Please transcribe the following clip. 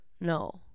No